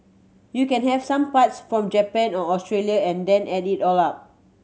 you can have some parts from Japan or Australia and then add it all up